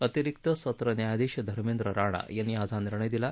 अतिरिक्त सत्र न्यायाधीश धर्मेद राणा यांनी आज हा निर्णय दिला